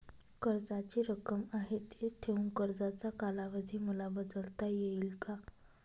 कर्जाची रक्कम आहे तिच ठेवून कर्जाचा कालावधी मला बदलता येईल का?